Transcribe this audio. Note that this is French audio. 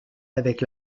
avec